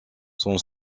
son